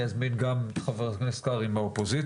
אני אזמין גם את חבר הכנסת קרעי מהאופוזיציה